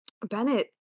Bennett